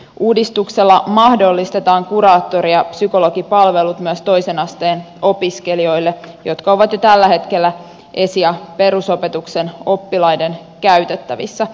uudistuksella mahdollistetaan myös toisen asteen opiskelijoille kuraattori ja psykologipalvelut jotka ovat jo tällä hetkellä esi ja perusopetuksen oppilaiden käytettävissä